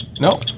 No